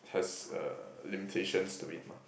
has uh limitations to it